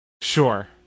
Sure